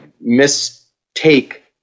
mistake